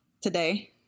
today